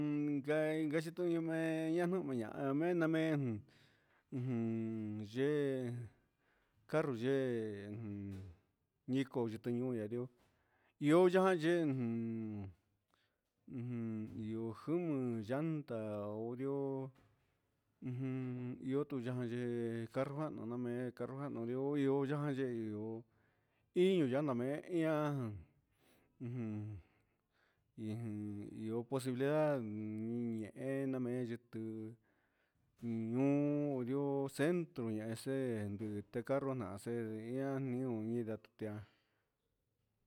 Gai gueje tuñu na mee ña nuhma na ña mei na mei jun ujun yee carru yee ñico tichi ñuun ya ndioo yoo ya yee ujun yojimi llanta o ndioo ujun io tu yana yee carru jahnu na mee carru jahnu ndioo io io yajayee iñu na yaa na mee ujun iyo posibilidad ñehen na mee yutun nuun ndioo centro ñian nda sɨɨ ndi carru nahan sɨɨ ñaan ñuun ñinda ti ndaa